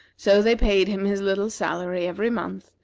so they paid him his little salary every month,